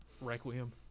Requiem